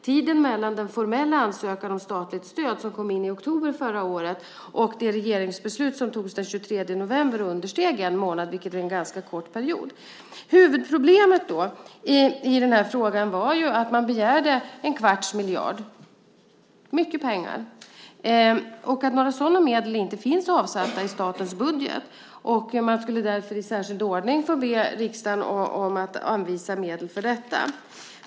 Tiden mellan den formella ansökan om statligt stöd, som kom in i oktober förra året, och det regeringsbeslut som togs den 23 november understeg en månad, vilket är en ganska kort period. Huvudproblemet i den här frågan var ju att man begärde en kvarts miljard - det är mycket pengar - och att några sådana medel inte finns avsatta i statens budget. Man skulle därför i särskild ordning få be riksdagen om att anvisa medel för detta.